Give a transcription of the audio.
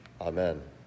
Amen